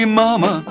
mama